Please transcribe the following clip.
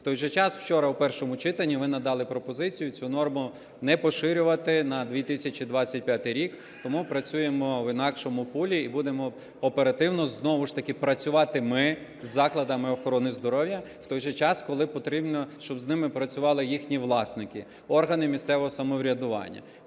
У той же час вчора у першому читанні ви надали пропозицію цю норму не поширювати на 2025 рік. Тому працюємо в інакшому полі і будемо оперативно знову ж таки працювати ми з закладами охорони здоров'я, в той же час, коли потрібно, щоб з ними працювали їхні власники – органи місцевого самоврядування.